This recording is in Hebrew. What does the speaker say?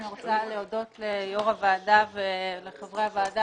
אני רוצה להודות ליושב ראש הוועדה ולחברי הוועדה